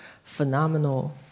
phenomenal